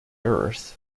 earth